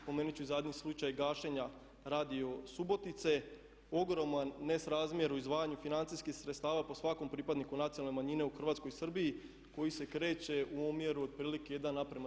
Spomenuti ću i zadnji slučaj gađenja Radio Subotice ogroman nesrazmjer u izdvajanju financijskih sredstava po svakom pripadniku nacionalne manjine u Hrvatskoj i Srbiji koji se kreće u omjeru otprilike 1:33 u korist Hrvatske.